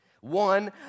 one